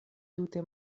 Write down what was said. tute